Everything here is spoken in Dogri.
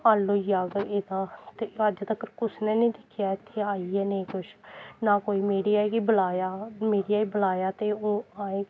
हल्ल होई जाग भाई एह्दा ते अज्ज तक्कर कुसै ने निं दिक्खेआ इत्थै आइयै नेईं कुछ ना कोई मीडिया गी बलाया मीडिया गी बलाया ते ओह् आए गै निं